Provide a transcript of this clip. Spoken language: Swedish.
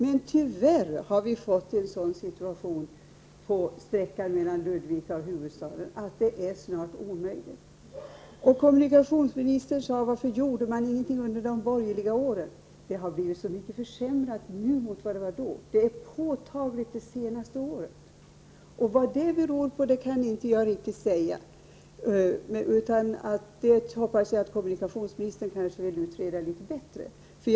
Men tyvärr har vi fått en sådan situation på sträckan mellan Ludvika och huvudstaden att det snart är omöjligt att resa där. Kommunikationsministern frågade varför man inte gjorde någonting under de borgerliga åren. Men det har ju blivit så mycket sämre nu än det var då. Försämringen har varit särskilt påtaglig de senaste åren. Vad det beror på kan jag inte riktigt säga, men jag hoppas att kommunikationsministern vill utreda det litet närmare.